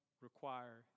require